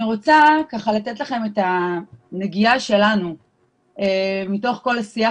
אני רוצה לתת לכם את הנגיעה שלנו מתוך כל השיח